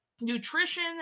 nutrition